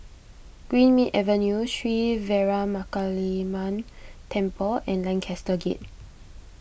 Greenmead Avenue Sri Veeramakaliamman Temple and Lancaster Gate